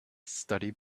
study